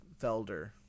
Felder